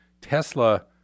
Tesla